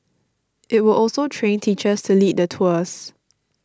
it will also train teachers to lead the tours